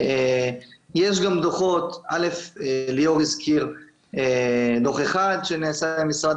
יש גם דוחות - ליאור הזכיר דוח אחד שנעשה על ידי משרד